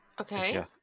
Okay